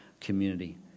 community